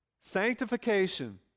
Sanctification